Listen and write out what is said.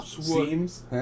Seems